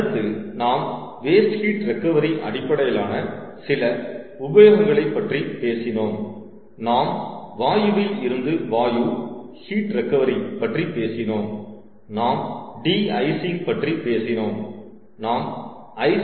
அடுத்து நாம் waste heat recovery அடிப்படையிலான சில உபயோகங்களை பற்றிப் பேசினோம் நாம் வாயுவில் இருந்து வாயு ஹீட் ரெகவரி பற்றி பேசினோம் நாம் டி ஐசிங் பற்றி பேசினோம் நாம் I